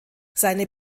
seine